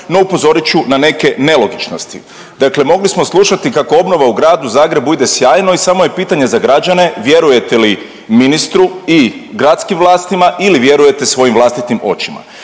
no upozorit ću na neke nelogičnosti. Dakle, mogli smo slušati kako obnova u gradu Zagrebu ide sjajno i samo je pitanje za građane, vjerujete li ministru i gradskim vlastima ili vjerujete svojim vlastitim očima.